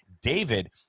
David